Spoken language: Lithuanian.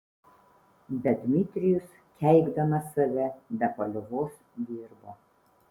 bet dmitrijus keikdamas save be paliovos dirbo